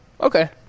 Okay